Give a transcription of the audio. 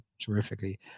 terrifically